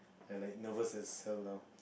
I like nervous so long and